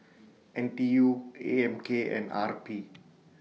N T U A M K and R P